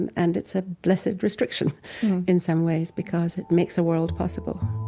and and it's a blessed restriction in some ways because it makes a world possible